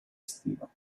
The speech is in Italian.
estivo